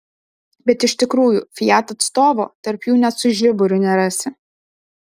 bet iš tikrųjų fiat atstovo tarp jų net su žiburiu nerasi